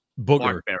Booger